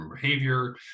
behavior